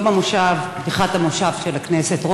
יום פתיחת המושב של הכנסת,